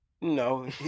No